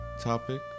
topic